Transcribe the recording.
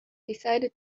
decided